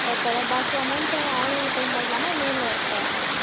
அது தரேன் பாக்கி அமௌண்ட்டு ஆன்லைனில் பே பண்ணலாம்மா நேரில் வரப்பேயா